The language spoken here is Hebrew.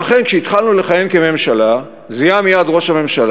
לכן כשהתחלנו לכהן כממשלה זיהה מייד ראש הממשלה